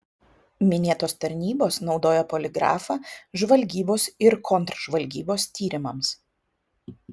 minėtos tarnybos naudoja poligrafą žvalgybos ir kontržvalgybos tyrimams